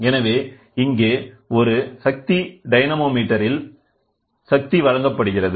எனவேஇங்கே ஒரு சக்தி டைனமோமீட்டரில் சக்தி வழங்கப்படுகிறது